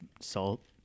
salt